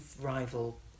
rival